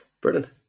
Brilliant